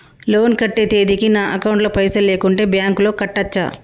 Loan కట్టే తేదీకి నా అకౌంట్ లో పైసలు లేకుంటే బ్యాంకులో కట్టచ్చా?